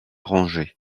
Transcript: rangée